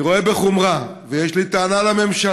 אני רואה בחומרה, ויש לי טענה לממשלה